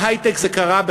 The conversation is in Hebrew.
בהיי-טק זה קרה,